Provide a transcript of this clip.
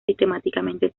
sistemáticamente